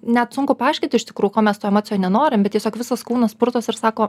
net sunku paaiškint iš tikrųjų ko mes toj emocijoj nenorim bet tiesiog visas kūnas purtas ir sako